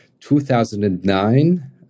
2009